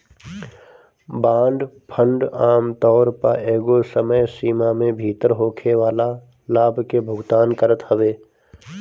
bond fund आमतौर पअ एगो समय सीमा में भीतर होखेवाला लाभ के भुगतान करत हवे